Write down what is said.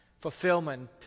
fulfillment